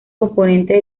componentes